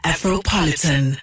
Afro-Politan